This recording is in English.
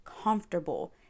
comfortable